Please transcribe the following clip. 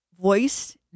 voice